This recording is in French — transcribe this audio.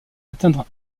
atteindre